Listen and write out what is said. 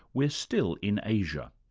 we're still in asia,